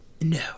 No